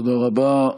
תודה רבה.